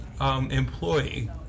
Employee